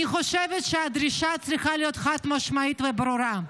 אני חושבת שהדרישה צריכה להיות חד-משמעית וברורה.